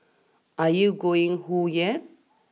are you going whoa yet